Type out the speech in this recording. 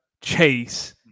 Chase